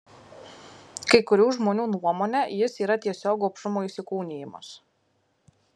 kai kurių žmonių nuomone jis yra tiesiog gobšumo įsikūnijimas